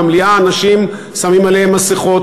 במליאה אנשים שמים עליהם מסכות,